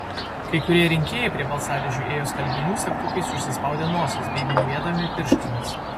kai kurie rinkėjai prie balsadėžių ėjo skalbinių segtukais užsispaudę nosis bei mūvėdami pirštines